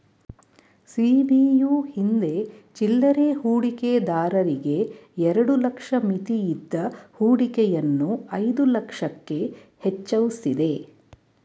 ಸಿ.ಬಿ.ಯು ಹಿಂದೆ ಚಿಲ್ಲರೆ ಹೂಡಿಕೆದಾರರಿಗೆ ಎರಡು ಲಕ್ಷ ಮಿತಿಯಿದ್ದ ಹೂಡಿಕೆಯನ್ನು ಐದು ಲಕ್ಷಕ್ಕೆ ಹೆಚ್ವಸಿದೆ